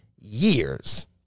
years